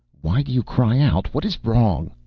why do you cry out? what is wrong?